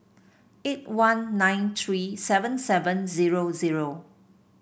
eight one nine three seven seven zero zero